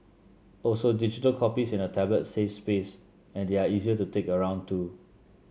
also digital copies in a tablet save space and they are easier to take around too